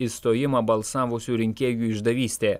išstojimą balsavusių rinkėjų išdavystė